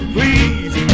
Please